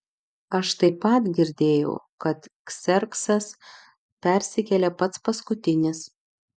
aš taip pat girdėjau kad kserksas persikėlė pats paskutinis